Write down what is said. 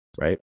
right